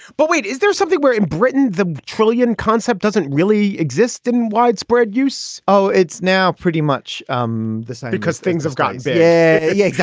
but wait. is there something where in britain the trillion concept doesn't really exist in widespread use? oh, it's now pretty much um the same because things have gotten better. yeah. yeah.